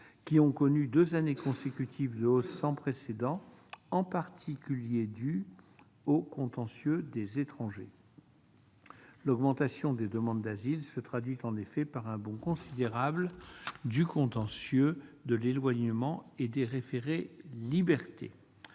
qui ont connu deux années consécutives de hausse sans précédent, en particulier dues aux contentieux des étrangers. L'augmentation des demandes d'asile se traduit en effet par un bond considérable du contentieux de l'éloignement et des référés-liberté.